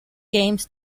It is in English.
games